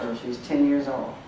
she's ten years old,